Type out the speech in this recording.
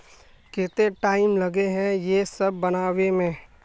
केते टाइम लगे है ये सब बनावे में?